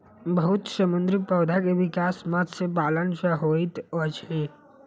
बहुत समुद्री पौधा के विकास मत्स्य पालन सॅ होइत अछि